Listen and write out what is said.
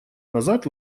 назад